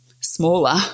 smaller